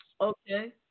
Okay